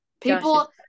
People